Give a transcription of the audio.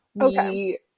Okay